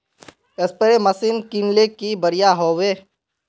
Spray machine किनले की बढ़िया होबवे?